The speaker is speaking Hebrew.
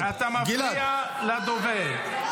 -- אתה מפריע לדובר.